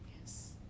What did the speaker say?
Yes